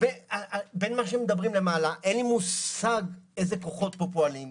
בין מה שמדברים למעלה - אין לי מושג איזה כוחות פועלים פה,